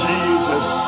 Jesus